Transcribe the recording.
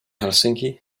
helsinki